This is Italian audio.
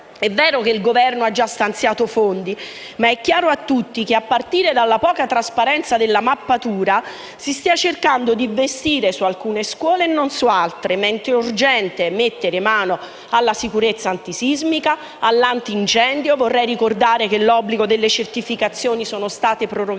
È vero che il Governo ha già stanziato fondi, ma è chiaro a tutti che, a partire dalla poca trasparenza della mappatura, si sta cercando di investire su alcune scuole e non su altre. È urgente mettere mano alla sicurezza antisismica e antincendio (vorrei ricordare che l'obbligo delle certificazioni è stato prorogato